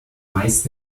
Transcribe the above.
meist